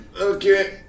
Okay